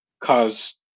cause